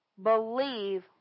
believe